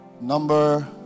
Number